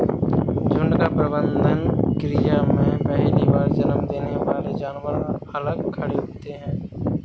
झुंड का प्रबंधन क्रिया में पहली बार जन्म देने वाले जानवर अलग खड़े होते हैं